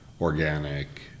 organic